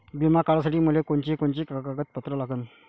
बिमा काढासाठी मले कोनची कोनची कागदपत्र लागन?